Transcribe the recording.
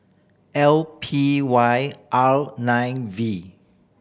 L P Y R nine V